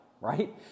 right